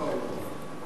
לפנק.